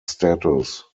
status